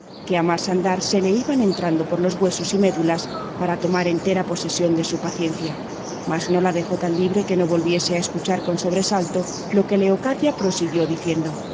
que a más andar se le iban entrando por los huesos y médulas para tomar entera posesión de su paciencia mas no la dejó tan libre que no volviese a escuchar con sobresalto lo que leocadia prosiguió diciendo